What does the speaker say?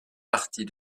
partie